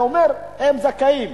אתה אומר: הם זכאים.